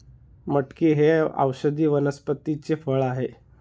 मटकी हे औषधी वनस्पतीचे फळ आहे